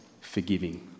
forgiving